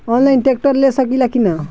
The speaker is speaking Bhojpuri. आनलाइन ट्रैक्टर ले सकीला कि न?